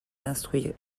d’instruire